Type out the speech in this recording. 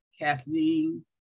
Kathleen